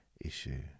issue